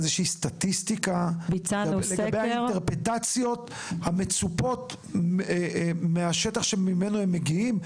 סטטיסטיקה לגבי האינטרפרטציות המצופות מהשטח שממנו הם מגיעים.